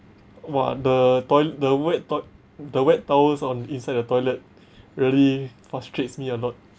!wah! the toil~ the wet toil~ the wet towels on inside the toilet really frustrates me a lot